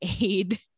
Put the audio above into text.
aid